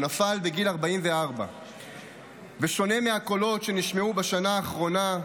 הוא נפל בגיל 44. בשונה מהקולות שנשמעו בשנה האחרונה,